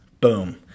Boom